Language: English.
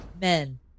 Men